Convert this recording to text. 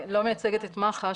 מייצגת את מח"ש,